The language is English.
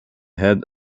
head